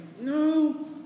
no